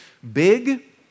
big